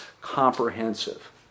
comprehensive